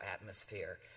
atmosphere